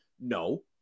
no